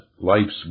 life's